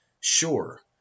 Sure